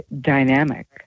dynamic